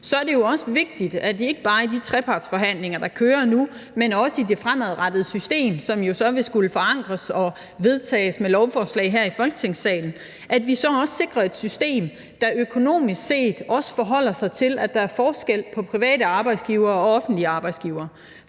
er det også vigtigt, at vi ikke bare i de trepartsforhandlinger, der kører nu, men også i systemet fremadrettet, som så vil skulle forankres og vedtages ved lovforslag her i Folketingssalen, sikrer et system, der økonomisk set også forholder sig til, at der er forskel på private arbejdsgivere og offentlige arbejdsgivere.